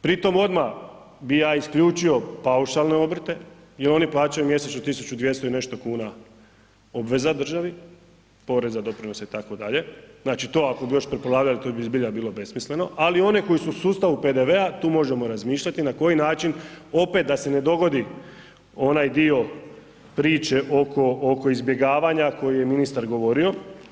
Pri tom odmah ja bih isključio paušale obrte jel oni plaćaju mjesečno 1.200 i nešto kuna obveza državi poreza, doprinosa itd., znači to ako bi još prepolavaljali to bi zbilja bilo besmisleno, ali one koji su u sustavu PDV-a tu možemo razmišljati na koji način opet da se ne dogodi onaj dio priče oko izbjegavanja koje je ministar govorio.